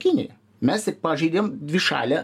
kinija mes pažeidėm dvišalę